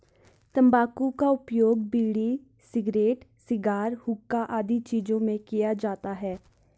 तंबाकू का उपयोग बीड़ी, सिगरेट, शिगार, हुक्का आदि चीजों में किया जाता है